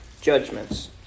judgments